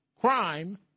crime